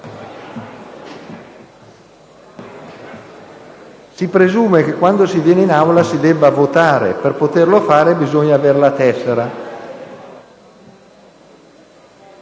Si presume che quando si viene in Aula si debba votare; per poterlo fare, bisogna avere la tessera.